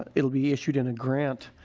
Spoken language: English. ah it will be issued in a grant.